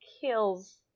kills